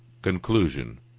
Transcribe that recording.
conclusion